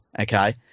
okay